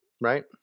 right